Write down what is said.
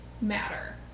matter